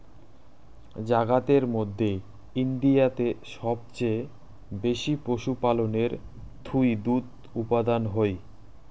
জাগাতের মধ্যে ইন্ডিয়াতে সবচেয়ে বেশি পশুপালনের থুই দুধ উপাদান হই